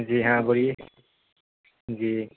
جی ہاں بولیے جی